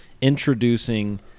introducing